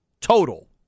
total